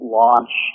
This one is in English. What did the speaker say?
launch